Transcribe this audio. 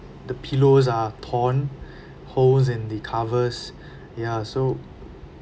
the pillows are torn holes in the covers ya so